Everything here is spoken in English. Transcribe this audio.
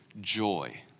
joy